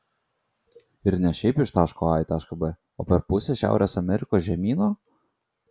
ir ne šiaip iš taško a į tašką b o per pusę šiaurės amerikos žemyno